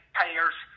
payers